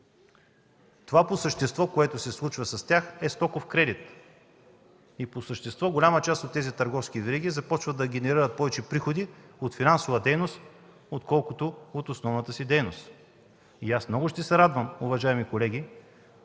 което по същество се случва с тях, е стоков кредит. Тези търговски вериги започват да генерират повече приходи от финансова дейност, отколкото от основната си дейност. Аз много ще се радвам, уважаеми колеги,